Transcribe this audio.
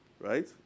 right